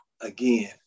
again